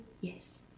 yes